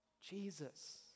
Jesus